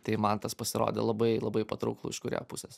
tai man tas pasirodė labai labai patrauklu iš kūrėjo pusės